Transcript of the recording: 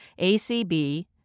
ACB